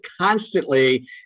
constantly